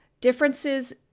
Differences